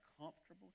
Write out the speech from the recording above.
comfortable